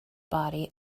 body